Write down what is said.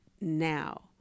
now